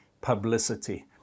publicity